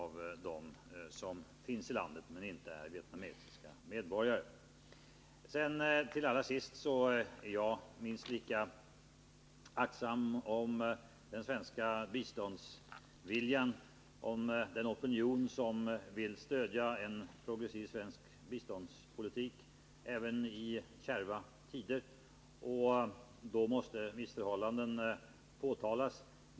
Till sist vill jag säga att jag är minst lika angelägen som Mårten Werner när det gäller att värna om den svenska biståndsviljan och om den opinion som även i kärva tider vill stödja en progressiv svensk biståndspolitik. Naturligtvis måste missförhållanden påtalas.